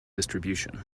distribution